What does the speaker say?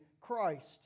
Christ